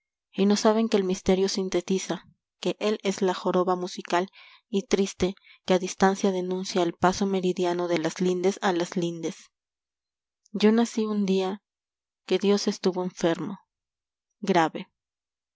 gorda y no saben que el misterio sintetiza que él es la joroba musical y triste que a distancia denuncia el paso meridiano de las lindes a las lindes yo nací un día que dios estuvo enfermo grave